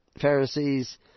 Pharisees